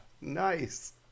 Nice